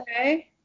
Okay